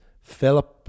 Philip